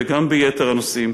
וגם ביתר הנושאים,